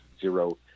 zero